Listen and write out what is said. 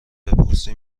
بپرسی